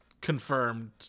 confirmed